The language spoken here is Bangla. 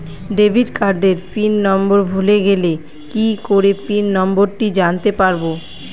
ডেবিট কার্ডের পিন নম্বর ভুলে গেলে কি করে পিন নম্বরটি জানতে পারবো?